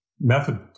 method